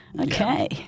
okay